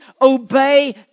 obey